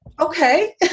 okay